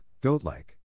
goat-like